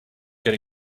get